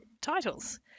titles